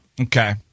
Okay